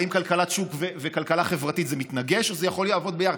האם כלכלת שוק וכלכלה חברתית מתנגשות או שזה יכול לעבוד יחד?